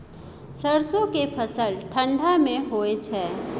सरसो के फसल ठंडा मे होय छै?